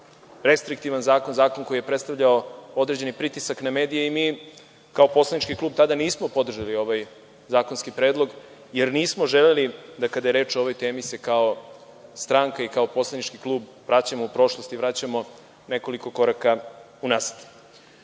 restriktivan zakon, zakon koji je predstavljao određeni pritisak na medije. Mi kao poslanički klub tada nismo podržali ovaj zakonski predlog, jer nismo želeli, kada je reč o ovoj temi, da se kao stranka i kao poslanički klub vraćamo u prošlost, vraćamo nekoliko koraka u nazad. Što